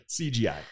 CGI